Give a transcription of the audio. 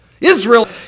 Israel